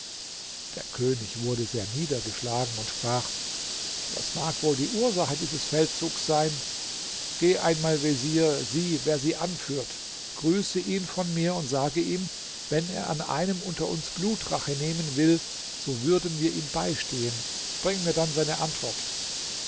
der könig wurde sehr niedergeschlagen und sprach was mag wohl die ursache dieses feldzugs sein geh einmal vezier sieh wer sie anführt grüße ihn von mir und sage ihm wenn er an einem unter uns blutrache nehmen will so würden wir ihm beistehen bring mir dann seine antwort